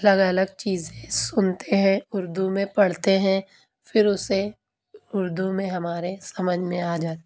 الگ الگ چیزیں سنتے ہیں اردو میں پڑھتے ہیں پھر اسے اردو میں ہمارے سمجھ میں آ جاتی ہے